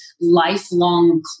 lifelong